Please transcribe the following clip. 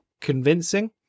convincing